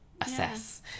assess